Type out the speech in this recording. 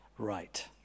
Right